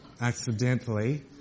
Accidentally